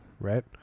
right